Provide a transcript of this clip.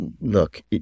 Look